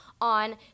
on